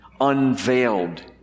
unveiled